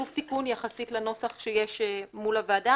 שוב תיקון יחסית לנוסח שיש מול הוועדה,